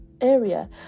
area